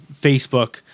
Facebook